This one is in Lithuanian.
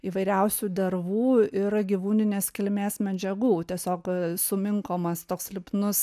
įvairiausių dervų ir gyvūninės kilmės medžiagų tiesiog suminkomas toks lipnus